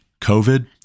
COVID